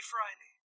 Friday